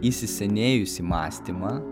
įsisenėjusį mąstymą